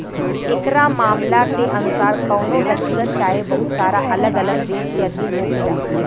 एकरा मामला के अनुसार कवनो व्यक्तिगत चाहे बहुत सारा अलग अलग देश के अधीन होखेला